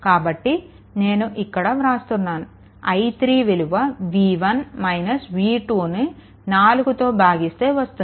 కాబట్టి నేను ఇక్కడ వ్రాస్తున్నాను i3 విలువ ను 4తో భాగిస్తే వస్తుంది